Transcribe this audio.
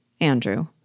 Andrew